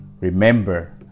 remember